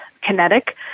kinetic